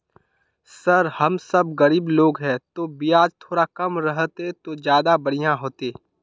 sir हम सब गरीब लोग है तो बियाज थोड़ा कम रहते तो ज्यदा बढ़िया होते